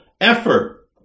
effort